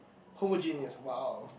homework genius !wow!